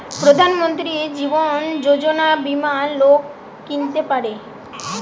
প্রধান মন্ত্রী জীবন যোজনা বীমা লোক কিনতে পারে